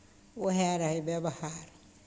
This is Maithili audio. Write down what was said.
उएह रहय व्यवहार